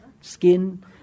skin